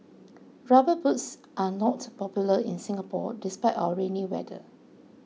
rubber boots are not popular in Singapore despite our rainy weather